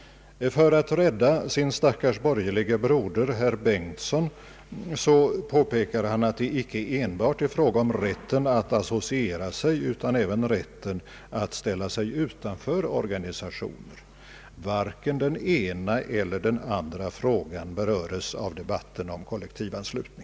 För att rädda sin stackars borgerlige broder, herr Torsten Bengtson, påpekade herr Hernelius att det icke enbart är fråga om rätten att associera sig utan även om rätten att ställa sig utanför organisationer. Varken den ena eller den andra frågan beröres av debatten om kollektivanslutning.